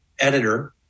editor